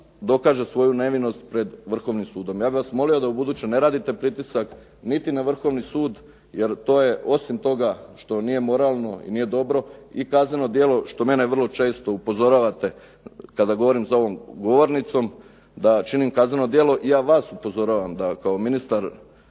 dokaže svoju nevinost pred Vrhovnim sudom. Ja bi vas molio da ubuduće ne radite pritisak niti na Vrhovni sud, jer to je osim toga što nije moralno i nije dobro i kazneno djelo što mene vrlo često upozoravate kada govorim za ovom govornicom da činim kazneno djelo. Ja vas upozoravam da kao ministar